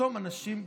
לחסום אנשים בטוויטר.